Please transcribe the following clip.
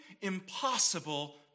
impossible